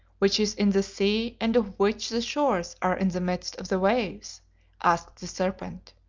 which is in the sea and of which the shores are in the midst of the waves asked the serpent.